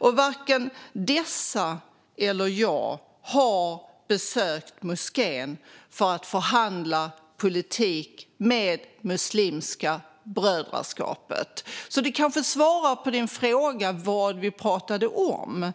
Varken dessa personer eller jag har besökt moskén för att förhandla politik med Muslimska brödraskapet. Det kanske svarar på ledamotens fråga om vad vi pratade om.